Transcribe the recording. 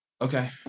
Okay